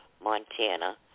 Montana